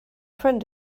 friend